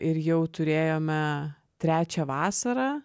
ir jau turėjome trečią vasarą